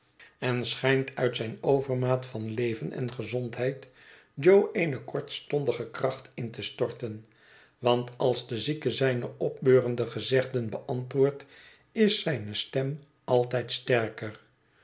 en schijnt uit zijne overmaat van leven en gezondheid jo eene kortstondige kracht in te storten want als de zieke zijne opbeurende gezegden beantwoordt is zijne stem altijd sterker